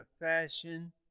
fashion